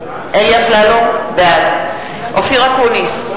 אפללו, בעד אופיר אקוניס,